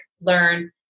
learn